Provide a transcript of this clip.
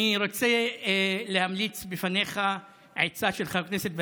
אני רוצה להמליץ לך, עצה של חבר כנסת ותיק: